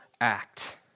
act